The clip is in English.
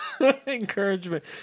encouragement